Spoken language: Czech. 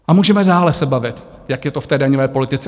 A můžeme dále se bavit, jak je to v té daňové politice.